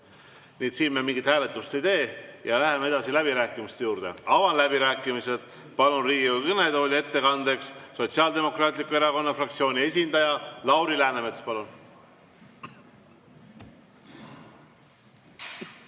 Siin me ka mingit hääletust ei tee ja läheme edasi läbirääkimiste juurde. Avan läbirääkimised. Palun Riigikogu kõnetooli ettekandeks Sotsiaaldemokraatliku Erakonna fraktsiooni esindaja Lauri Läänemetsa.